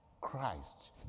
Christ